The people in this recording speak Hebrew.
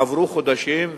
עברו חודשים,